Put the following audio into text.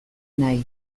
nahi